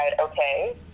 okay